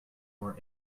more